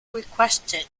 requested